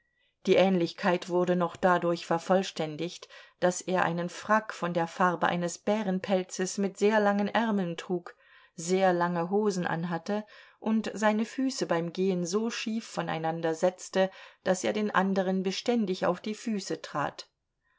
die ähnlichkeit wurde noch dadurch vervollständigt daß er einen frack von der farbe eines bärenpelzes mit sehr langen ärmeln trug sehr lange hosen anhatte und seine füße beim gehen so schief voreinander setzte daß er den anderen beständig auf die füße trat